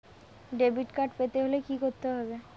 Debit card পেতে হলে কি করতে হবে?